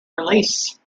release